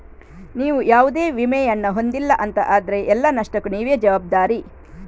ನೀವು ಯಾವುದೇ ವಿಮೆಯನ್ನ ಹೊಂದಿಲ್ಲ ಅಂತ ಆದ್ರೆ ಎಲ್ಲ ನಷ್ಟಕ್ಕೂ ನೀವೇ ಜವಾಬ್ದಾರಿ